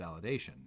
validation